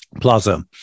plaza